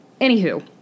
Anywho